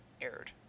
aired